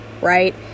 right